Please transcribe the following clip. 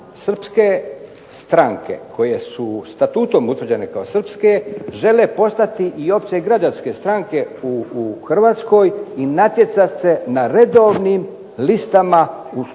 srpske stranke koje su statutom utvrđene kao srpske žele postati i opće građanske stranke u Hrvatskoj i natjecat se na redovnim listama u